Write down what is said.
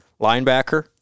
linebacker